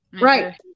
Right